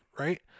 Right